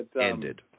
ended